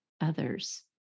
others